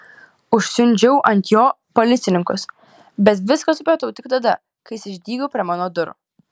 užsiundžiau ant jo policininkus bet viską supratau tik tada kai jis išdygo prie mano durų